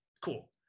Cool